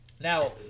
Now